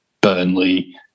Burnley